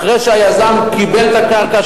אחרי שהיזם קיבל את הקרקע,